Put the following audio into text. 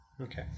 Okay